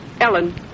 Ellen